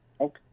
okay